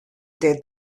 der